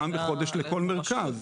פעם בחודש לכל מרכז.